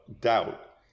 doubt